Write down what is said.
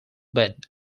bed